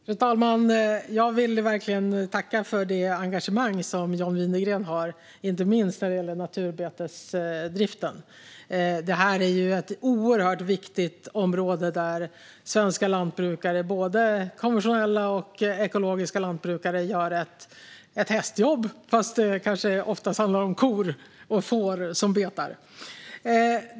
Fru talman! Jag vill verkligen tacka för det engagemang som John Widegren har, inte minst när det gäller naturbetesdriften. Det är ett oerhört viktigt område där svenska lantbrukare, både konventionella och ekologiska, gör ett hästjobb - fast det kanske oftast handlar om kor och får som betar.